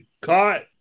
caught